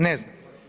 Ne znam.